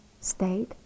state